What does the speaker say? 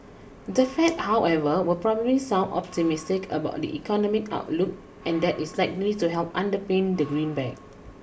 the Fed however will probably sound optimistic about the economic outlook and that is likely to help underpin the greenback